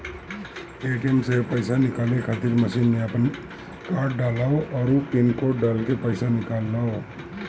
ATM से पईसा निकाले खातिर मशीन में आपन कार्ड डालअ अउरी पिन कोड डालके पईसा निकाल लअ